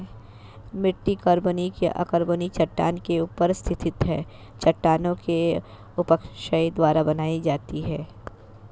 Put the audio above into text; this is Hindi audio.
मिट्टी कार्बनिक या अकार्बनिक चट्टान के ऊपर स्थित है चट्टानों के अपक्षय द्वारा बनाई जाती है